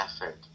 effort